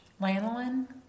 lanolin